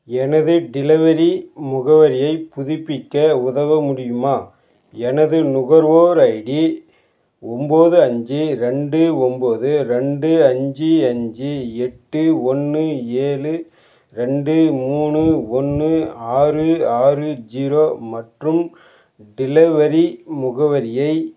எனது டெலிவரி முகவரியைப் புதுப்பிக்க உதவ முடியுமா எனது நுகர்வோர் ஐடி ஒன்போது அஞ்சு ரெண்டு ஒன்போது ரெண்டு அஞ்சு அஞ்சு எட்டு ஒன்று ஏழு ரெண்டு மூணு ஒன்று ஆறு ஆறு ஜீரோ மற்றும் டெலிவரி முகவரியை